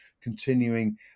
continuing